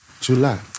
July